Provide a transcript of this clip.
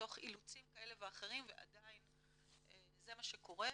מתוך אילוצים כאלה ואחרים ועדיין זה מה שקורה.